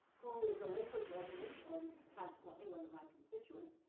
who is a lakewood resident, and consequently, one of my constituents.